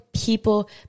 people